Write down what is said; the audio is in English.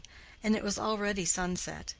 and it was already sunset.